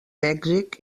mèxic